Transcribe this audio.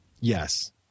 Yes